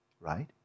right